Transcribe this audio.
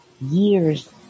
years